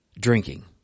drinking